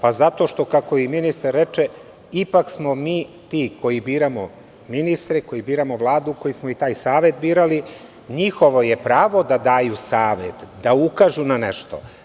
Pa, zato što i kako ministar reče, ipak smo mi ti koji biramo ministre, koji biramo Vladu, koji smo i taj savet birali, njihovo je pravo da daju savet, da ukažu na nešto.